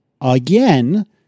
again